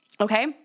Okay